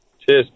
Cheers